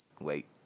wait